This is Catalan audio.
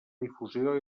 difusió